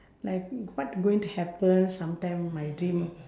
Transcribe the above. like what going to happen sometime my dream